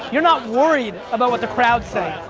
you're not worried about what the crowds say.